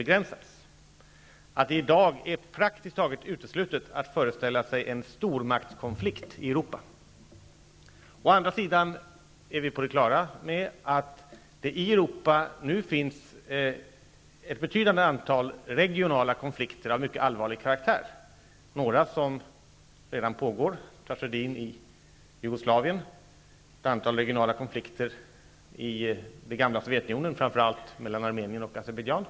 Det är i dag praktiskt taget uteslutet att föreställa sig en stormaktskonflikt i Europa. Å andra sidan är vi på det klara med att det i Europa nu finns ett betydande antal regionala konflikter av mycket allvarlig karaktär. Några som redan pågår är tragedin i Jugoslavien och ett antal regionala konflikter i det gamla Sovjetunionen, framför allt mellan Armenien och Azerbadjan.